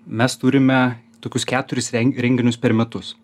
mes turime tokius keturis ren renginius per metus